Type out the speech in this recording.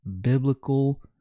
biblical